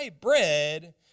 bread